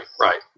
right